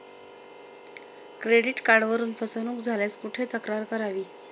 Credit कार्डवरून फसवणूक झाल्यास कुठे तक्रार करावी?